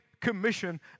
Commission